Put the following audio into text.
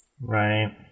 Right